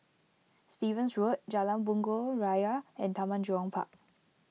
Stevens Road Jalan Bunga Raya and Taman Jurong Park